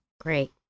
Great